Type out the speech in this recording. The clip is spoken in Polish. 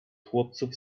chłopców